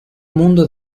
mundo